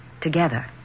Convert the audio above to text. Together